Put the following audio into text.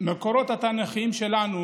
המקורות התנ"כיים שלנו